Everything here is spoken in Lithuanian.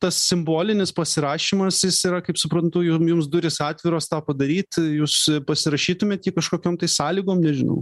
tas simbolinis pasirašymas jis yra kaip suprantu jum jums durys atviros tą padaryt jūs pasirašytumėt ji kažkokiom sąlygom nežinau